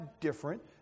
different